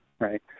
right